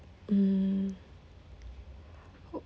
mm